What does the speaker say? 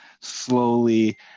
slowly